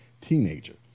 teenager